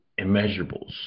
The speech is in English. immeasurables